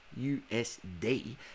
USD